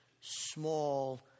small